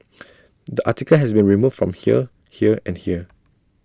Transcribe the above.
the article has been removed from here here and here